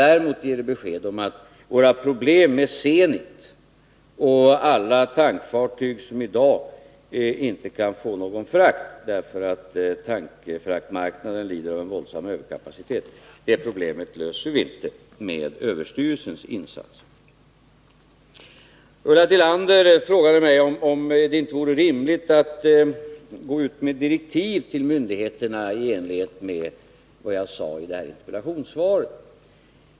Däremot ger det besked om att våra problem med Zenit och alla tankfartyg som i dag inte kan få någon frakt, därför att tankfraktmarknaden lider av en våldsam överkapacitet, löser vi inte med överstyrelsens insatser. Ulla Tillander frågade mig om det inte vore rimligt att gå ut med direktiv till myndigheterna i enlighet med vad jag sade i interpellationssvaret.